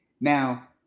Now